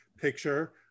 picture